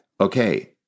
okay